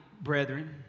brethren